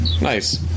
Nice